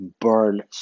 burn